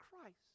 Christ